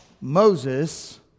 Moses